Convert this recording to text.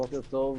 בוקר טוב.